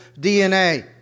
DNA